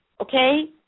Okay